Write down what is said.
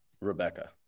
Rebecca